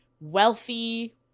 wealthy